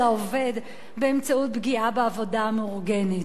העובד באמצעות פגיעה בעבודה המאורגנת.